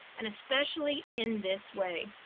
and especially in this way.